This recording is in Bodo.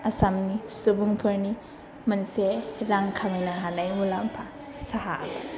आसामानि सुबुंफोरनि मोनसे रां खामायनो हानाय मुलाम्फा साहा